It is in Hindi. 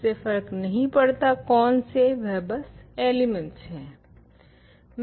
इससे फर्क नहीं पड़ता कोनसे वह बस एलिमेट्स हें